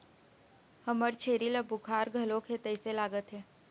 हमर छेरी ल बुखार घलोक हे तइसे लागत हे